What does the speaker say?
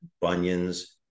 bunions